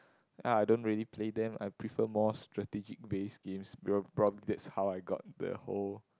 ah I don't really play them I prefer more strategic based games probably that's how I get the whole